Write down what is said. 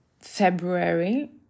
February